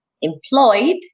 employed